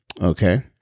okay